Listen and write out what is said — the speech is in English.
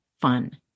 fun